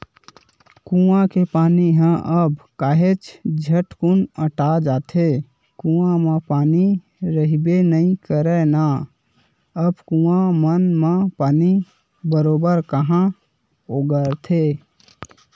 कुँआ के पानी ह अब काहेच झटकुन अटा जाथे, कुँआ म पानी रहिबे नइ करय ना अब कुँआ मन म पानी बरोबर काँहा ओगरथे